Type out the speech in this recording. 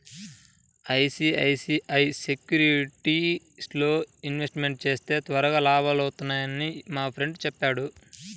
ICICI సెక్యూరిటీస్లో investment చేస్తే త్వరగా లాభాలొత్తన్నయ్యని మా ఫ్రెండు చెప్పాడు